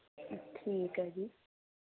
ਠੀਕ ਹੈ ਜੀ